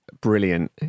brilliant